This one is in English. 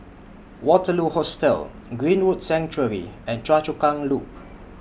Waterloo Hostel Greenwood Sanctuary and Choa Chu Kang Loop